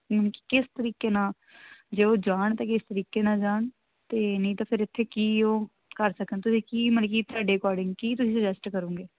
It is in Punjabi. ਕਿਸ ਤਰੀਕੇ ਨਾਲ ਜੇ ਉਹ ਜਾਣ ਤਾਂ ਕਿਸ ਤਰੀਕੇ ਨਾਲ ਜਾਣ ਅਤੇ ਨਹੀਂ ਤਾਂ ਫਿਰ ਇੱਥੇ ਕੀ ਉਹ ਕਰ ਸਕਣ ਤੁਸੀਂ ਕੀ ਮਤਲਬ ਕੀ ਤੁਹਾਡੇ ਅਕੋਰਡਿੰਗ ਕੀ ਤੁਸੀਂ ਸੁਜੈਸਟ ਕਰੋਗੇ